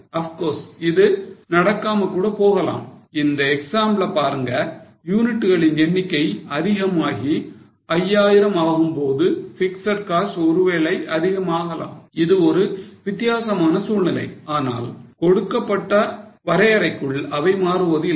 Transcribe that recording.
of course இது நடக்காம கூட போகலாம் இந்த எக்ஸாம்பிள பாருங்க யூனிட்களின் எண்ணிக்கை அதிகமாகி 5000 ஆகும்போது பிக்ஸட் காஸ்ட் ஒருவேளை அதிகம் ஆகலாம் இது ஒரு வித்தியாசமான சூழ்நிலை ஆனால் கொடுக்கப்பட்ட வரையரைக்குள் அவை மாறுவது இல்லை